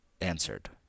Answered